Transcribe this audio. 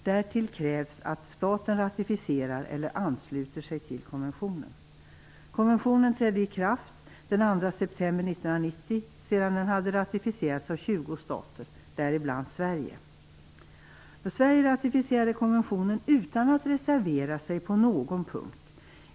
Därtill krävs att staten ratificerar eller ansluter sig till konventionen. Sverige ratificerade konventionen utan att reservera sig på någon punkt.